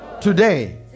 today